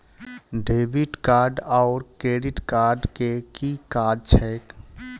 Debit card आओर credit card केँ की काज छैक?